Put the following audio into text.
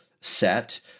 set